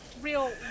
real